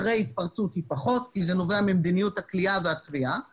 אחרי התפרצות היא פחות כי זה נובע ממדיניות הכליאה והתביעה,